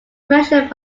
mentioned